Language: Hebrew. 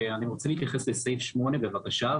אני רוצה להתייחס לסעיף 8 בבקשה,